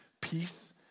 peace